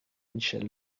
michel